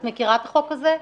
את מכירה את החוק הזה?